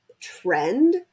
trend